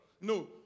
No